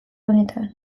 honetan